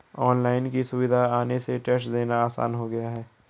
online की सुविधा आने से टेस्ट देना आसान हो गया है